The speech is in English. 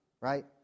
right